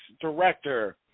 director